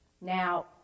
Now